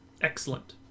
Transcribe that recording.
Excellent